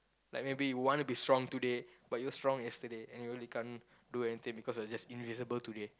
like maybe you wanna be strong today but you're strong yesterday and you really can't do anything because you're just invisible today